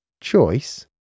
Choice